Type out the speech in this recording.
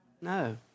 No